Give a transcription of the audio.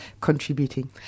contributing